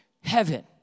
heaven